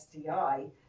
SDI